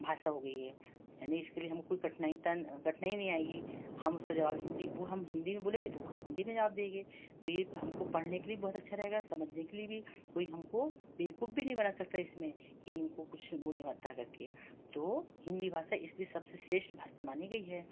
भाषा हो गई है यानी इसके लिए हमको कोई कठनाइता कठिनाई नहीं आएगी हम उसका जवाब हिंदी वो हम हिंदी में बोलेंगे तो वह हिंदी में जवाब देंगे तो ये हमको पढ़ने के लिए बहुत अच्छा रहेगा समझने के लिए भी कोई हमको बेवक़ूफ़ भी नहीं बना सकता इसमें कि इनको कुछ वो नहीं आता करके तो हिंदी भाषा इसलिए सबसे श्रेष्ठ भाषा मानी गई है